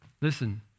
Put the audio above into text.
Listen